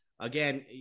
Again